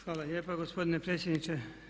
Hvala lijepa gospodine predsjedniče.